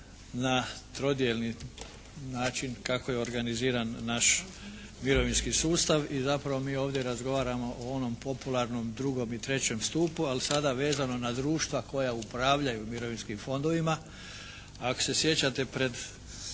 na trodijelni način kako je organiziran naš mirovinski sustav i zapravo mi ovdje razgovaramo o onom popularnom drugom i trećem stupu. Ali sada vezano na društva koja upravljaju mirovinskim fondovima.